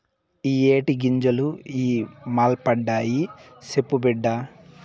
ఇయ్యే టీ గింజలు ఇ మల్పండాయి, సెప్పు బిడ్డా